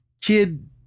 Kid